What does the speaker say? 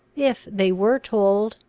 if they were told,